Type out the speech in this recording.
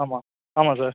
ஆமாம் ஆமாம் சார்